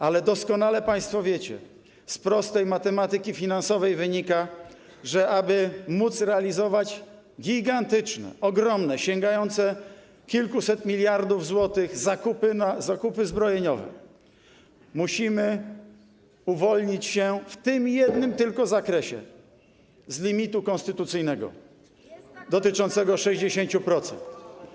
Ale doskonale państwo wiecie, z prostej matematyki finansowej wynika, że aby móc realizować gigantyczne, ogromne, sięgające kilkuset mld zł zakupy zbrojeniowe, musimy uwolnić się w tym jednym tylko zakresie z limitu konstytucyjnego dotyczącego 60%.